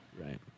Right